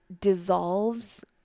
dissolves